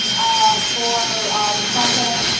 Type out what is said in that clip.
for discussion